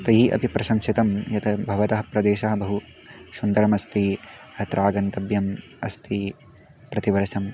तैः अपि प्रशंसितं यत् भवतः प्रदेशः बहु सुन्दरमस्ति अत्र आगन्तव्यम् अस्ति प्रतिवर्षम्